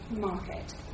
market